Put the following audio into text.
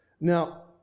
Now